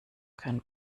kein